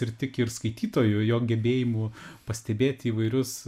ir tiki ir skaitytoju jo gebėjimu pastebėti įvairius